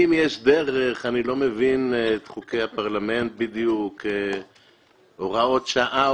אם יש דרך אני לא מבין את חוקי הפרלמנט בדיוק אולי הוראת שעה,